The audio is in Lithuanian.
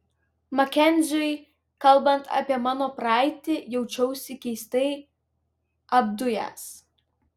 makenziui kalbant apie mano praeitį jaučiausi keistai apdujęs